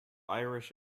irish